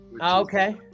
okay